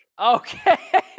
Okay